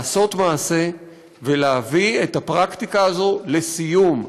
לעשות מעשה ולהביא את הפרקטיקה הזאת לסיום.